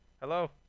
Hello